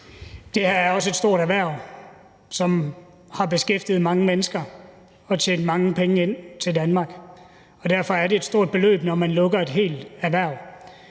Det her er også et stort erhverv, som har beskæftiget mange mennesker og har tjent mange penge ind til Danmark, og derfor er det et stort beløb, når man lukker et helt erhverv.